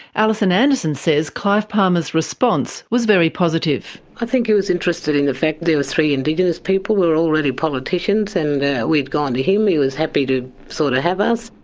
alison anderson says clive palmer's response was very positive. i think he was interested in the fact that there were three indigenous people, we were already politicians and we've gone to him. he was happy to sort of have us.